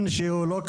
הנושא של מים,